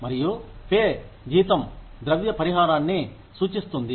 మరియు పే జీతం ద్రవ్య పరిహారాన్ని సూచిస్తుంది